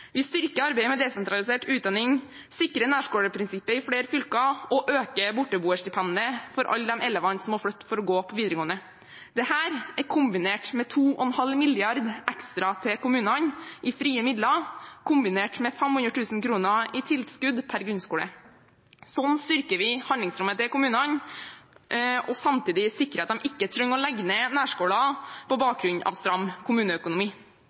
Vi styrker arbeidet med desentralisert utdanning, sikrer nærskoleprinsippet i flere fylker og øker borteboerstipendet for alle de elevene som må flytte for å gå på videregående. Dette er kombinert med 2,5 mrd. kr ekstra til kommunene i frie midler og med 500 000 kr i tilskudd per grunnskole. Sånn styrker vi handlingsrommet til kommunene og sikrer samtidig at de ikke trenger å legge ned nærskoler på bakgrunn av stram kommuneøkonomi.